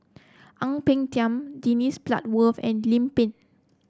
Ang Peng Tiam Dennis Bloodworth and Lim Pin